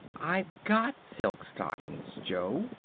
i've got silk stockings, jo.